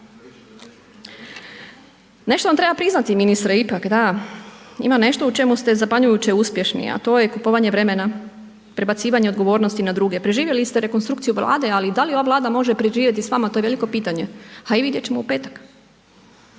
Nešto vam treba priznati ministre ipak, da, ima nešto u čemu ste zapanjujuće uspješni a to je kupovanje vremena, prebacivanje odgovornosti na druge. Preživjeli ste rekonstrukciju Vlade ali da li ova Vlada može preživjeti s vama, to je veliko pitanje a i vidjeti ćemo u petak.